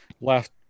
left